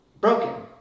Broken